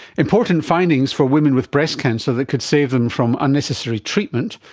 important findings for women with breast cancer that could save them from unnecessary treatment.